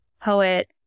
poet